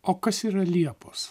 o kas yra liepos